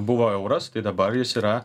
buvo euras tai dabar jis yra